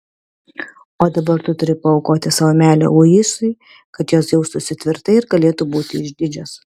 o dabar tu turi paaukoti savo meilę luisui kad jos jaustųsi tvirtai ir galėtų būti išdidžios